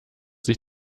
sich